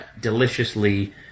Deliciously